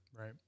Right